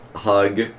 Hug